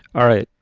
all right,